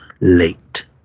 late